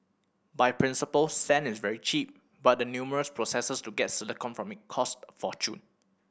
by principle sand is very cheap but the numerous processes to get silicon from it cost a fortune